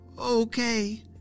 Okay